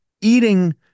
eating